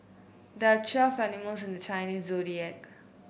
there are twelve animals in the Chinese Zodiac